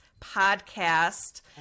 podcast